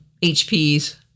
HPs